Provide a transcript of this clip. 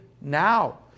now